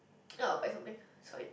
oh I'll buy something it's fine